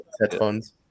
headphones